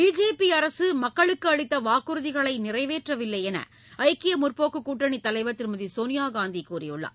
BJP அரசு மக்களுக்கு அளித்த வாக்குறுதிகளை நிறைவேற்றவில்லை என ஐக்கிய முற்போக்கு கூட்டணி தலைவர் திருமதி சோனியாகாந்தி கூறியுள்ளார்